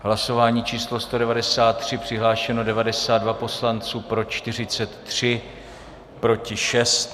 V hlasování číslo 193 přihlášeno 92 poslanců, pro 43, proti 6.